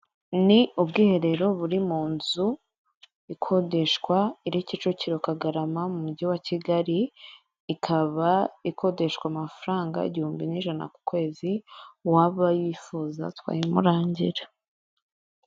Ni ubwiherero buri mu nzu ikodeshwa, iri Kicukiro Kagarama mu mujyi wa Kigali, ikaba ikodeshwa amafaranga igihumbi n'ijana ku kwezi, uwaba yifuza twayimurangira.